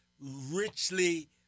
richly